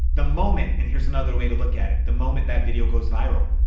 the moment, and here's another way to look at it, the moment that video goes viral,